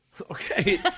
Okay